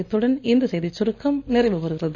இத்துடன் இந்த செய்திச்சுருக்கம் நிறைவுபெறுகிறது